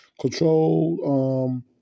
Control